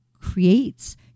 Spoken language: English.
creates